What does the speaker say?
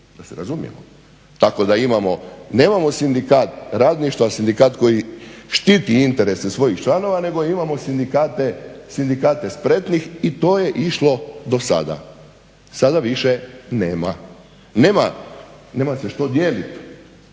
da se razumijemo. Tako da imamo, nemamo sindikat radništva, sindikat koji štiti interese svojih članova, nego imamo sindikate spretnih i to je išlo do sada. Sada više nema, nema se što dijeliti.